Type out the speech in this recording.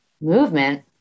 movement